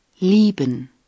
Lieben